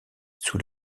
sous